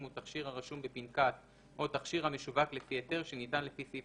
הוא תכשיר הרשום בפנקס או תכשיר המשווק לפי היתר שניתן לפי סעיף